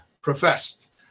professed